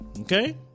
Okay